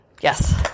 yes